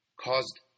caused